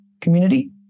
community